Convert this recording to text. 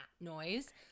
noise